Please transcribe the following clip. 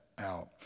out